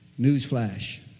Newsflash